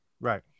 right